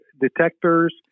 detectors